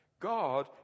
God